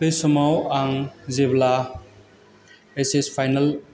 बे समाव आं जेब्ला एच एस फाइनाल